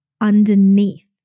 underneath